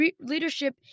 leadership